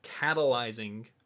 catalyzing